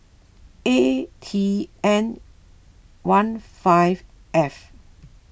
A T N one five F